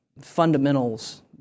fundamentals